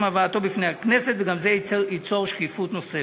הבאתו בפני הכנסת וגם זה ייצור שקיפות נוספת.